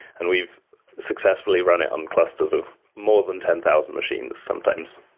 and we've successfully run it on clusters of more than ten thousand machines sometimes,